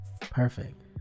perfect